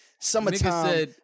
summertime